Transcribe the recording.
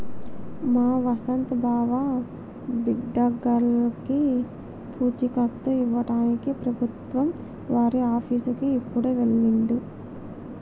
మా వసంత్ బావ బిడ్డర్లకి పూచీకత్తు ఇవ్వడానికి ప్రభుత్వం వారి ఆఫీసుకి ఇప్పుడే వెళ్ళిండు